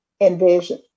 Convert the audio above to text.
Envision